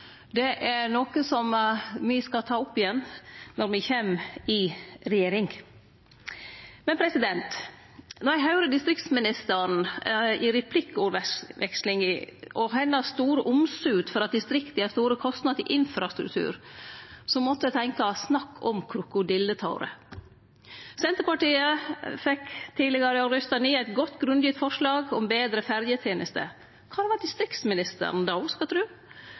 Det er noko som me skal ta opp igjen, når me kjem i regjering. Då eg høyrde distriktsministeren i replikkvekslinga og hennar store omsut for at distrikta har store kostnader til infrastruktur, måtte eg tenkje: snakk om krokodilletårer. Senterpartiet fekk tidlegere i år røysta ned eit godt grunngitt forslag om betre ferjetenester. Kvar var distriktsministeren då, skal tru?